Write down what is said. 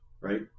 right